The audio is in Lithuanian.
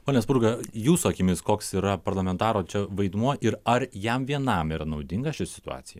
pone spurga jūsų akimis koks yra parlamentaro čia vaidmuo ir ar jam vienam yra naudinga ši situacija